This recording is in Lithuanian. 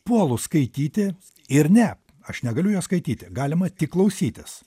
puolu skaityti ir ne aš negaliu jo skaityti galima tik klausytis